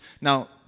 Now